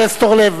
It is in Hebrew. חבר הכנסת אורלב,